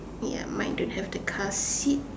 ya mine don't have the car seat